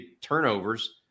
turnovers